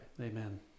Amen